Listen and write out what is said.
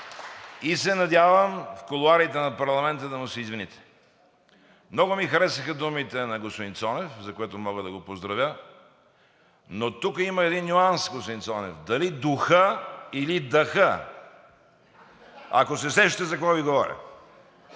и се надявам в кулоарите на парламента да му се извините. Много ми харесаха думите на господин Цонев, за което мога да го поздравя. Но тук, господин Цонев, има един нюанс – дали духа или дъха, ако се сещате за какво Ви говоря,